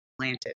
planted